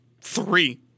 three